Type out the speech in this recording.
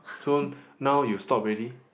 so now you stop already